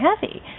heavy